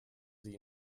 sie